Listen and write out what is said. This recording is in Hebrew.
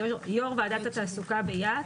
יו"ר ועדת התעסוקה ביא"ת,